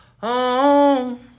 home